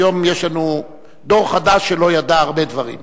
היום יש לנו דור חדש שלא ידע הרבה דברים.